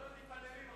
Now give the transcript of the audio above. לא, הם מתפללים עכשיו.